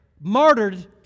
martyred